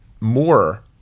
more